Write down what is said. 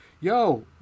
yo